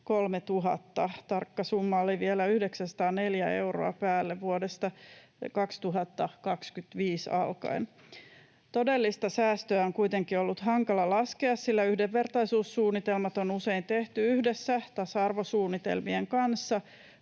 tarkka summa oli vielä 904 euroa päälle vuodesta 2025 alkaen. Todellista säästöä on kuitenkin ollut hankala laskea, sillä yhdenvertaisuussuunnitelmat on usein tehty yhdessä tasa-arvosuunnitelmien kanssa,